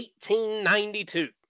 1892